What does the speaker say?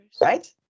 Right